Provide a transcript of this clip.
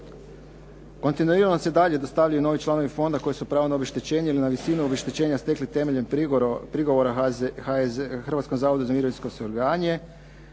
Kintinuirano se dalje dostavljaju novi članovi fonda koji su pravo na obeštećenje ili na visinu obeštećenja stekli temeljem prigovora Hrvatskom zavodu za mirovinsko osiguranje